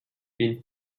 been